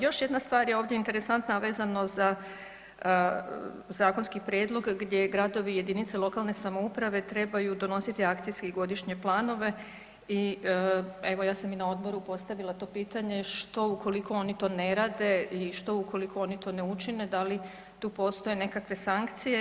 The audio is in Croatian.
Još jedna stvar je ovdje interesantna, a vezano za zakonski prijedlog gdje gradovi i jedinice lokalne samouprave trebaju donositi akcijske i godišnje planove i evo ja sam i na odboru postavila to pitanje što ukoliko oni to ne rade i što ukoliko oni to ne učine, da li tu postoje nekakve sankcije.